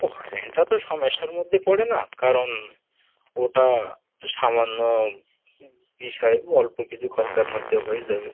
ও ফ্যানটা তো সমস্যার মধ্যে পড়ে না কারণ ওটা সামান্য বিষয় অল্প কিছু খরচার মধ্যে হয়ে যাবে